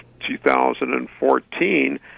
2014